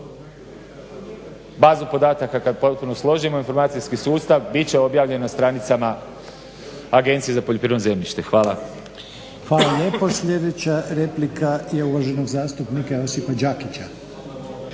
Bazu podataka kad potpuno složimo informacijski sustav bit će objavljen na stranicama Agencije za poljoprivredno zemljište. Hvala. **Reiner, Željko (HDZ)** Hvala lijepo. Sljedeća replika je uvaženog zastupnika Josipa Đakića.